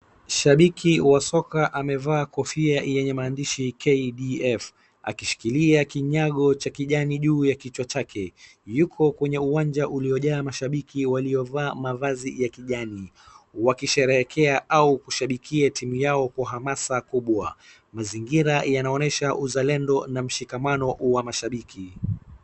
Shabiki wa soka amevaa kofia yenye maandshi KDF, akishikilia kinyago cha kijani juu ya kichwa chake, yuko kwenye uwanja uliojaa mashabiki waliovaa mavazi ya kijani wakisherehekea au kushabikia timu yao kwa hamasa kubwa. Mazingira yanaonyesha uzalendo na mshikamano wa mashabiki.